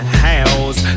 house